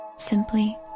simply